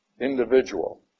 individual